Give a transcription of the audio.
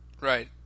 Right